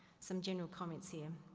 some general comments here.